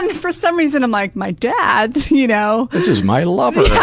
and for some reason, i'm like, my dad? you know this is my lover! yeah,